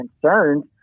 concerns